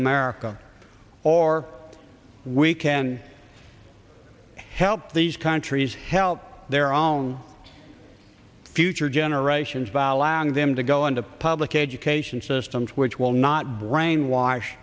america or we can help these countries help their own future generations by allowing them to go into public education systems which will not brainwash